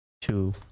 two